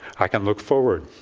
i can look forward